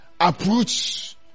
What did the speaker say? approach